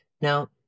Now